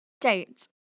Date